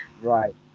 Right